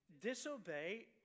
disobey